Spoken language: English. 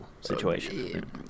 situation